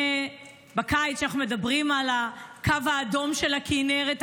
בקיץ כשאנחנו מדברים על הקו האדום של הכינרת,